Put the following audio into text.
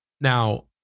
Now